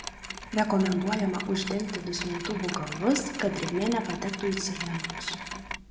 rekomenduojama uždengti duslintuvų galus kad drėgmė nepatektų į cilindrus